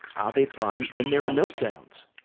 ah there times when there are meltdowns?